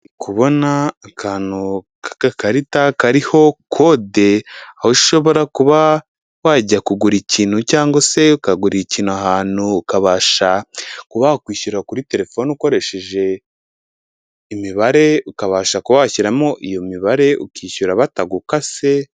Ndi kubona akantu k'agakarita kariho kode, aho ushobora kuba wajya kugura ikintu cyangwa se ukagura ikintu ahantu ukabasha kuba wakwishyura kuri telefone ukoresheje imibare, ukabasha kuba washyiramo iyo mibare, ukishyura batagukase.